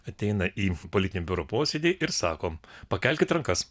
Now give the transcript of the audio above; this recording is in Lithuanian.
ateina į politinio biuro posėdį ir sako pakelkit rankas